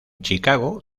chicago